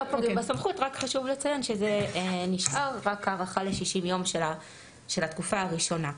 רק חשוב לציין שזה נשאר הארכה ל-60 יום של התקופה הראשונה.